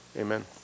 amen